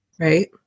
right